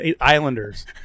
Islanders